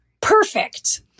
Perfect